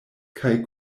kaj